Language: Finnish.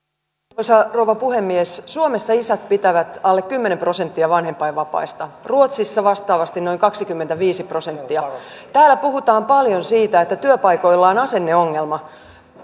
arvoisa rouva puhemies suomessa isät pitävät alle kymmenen prosenttia vanhempainvapaista ruotsissa vastaavasti noin kaksikymmentäviisi prosenttia täällä puhutaan paljon siitä että työpaikoilla on asenneongelma